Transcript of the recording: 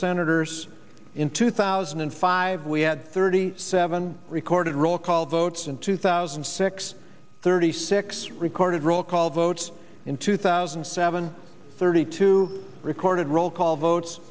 senators in two thousand and five we had thirty seven recorded roll call votes in two thousand and six thirty six recorded roll call votes in two thousand and seven thirty two recorded roll call votes